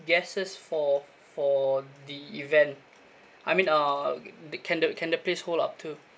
guests for for the event I mean uh the can the can the place hold up to